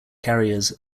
carriers